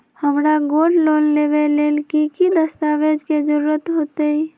हमरा gold loan लेबे के लेल कि कि दस्ताबेज के जरूरत होयेत?